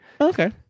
Okay